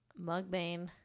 Mugbane